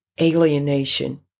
alienation